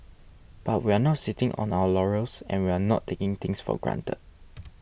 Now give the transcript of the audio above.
but we're not sitting on our laurels and we're not taking things for granted